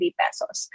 pesos